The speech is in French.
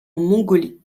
mongolie